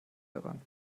heran